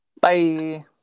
Bye